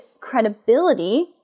credibility